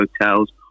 hotels